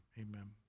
amen